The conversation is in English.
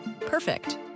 Perfect